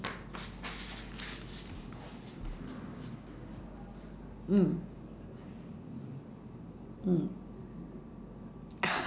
mm mm